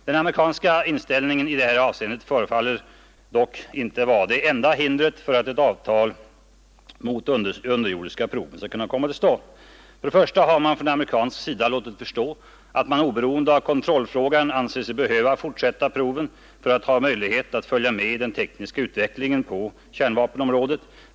Den amerikanska inställningen i det här avseendet förefaller dock inte vara det enda hindret för att ett avtal även mot de underjordiska proven skall kunna komma till stånd. För det första har man från amerikansk sida låtit förstå att man oberoende av kontrollfrågan anser sig behöva fortsätta proven för att ha möjlighet att följa med i den tekniska utvecklingen på kärnvapenområdet.